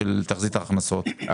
בתחזית ההכנסות.